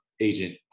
agent